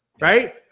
right